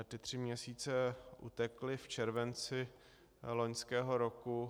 Ty tři měsíce utekly v červenci loňského roku.